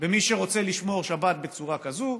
במי שרוצה לשמור שבת בצורה כזאת,